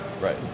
Right